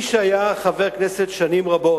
מי שהיה חבר כנסת שנים רבות,